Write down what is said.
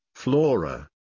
Flora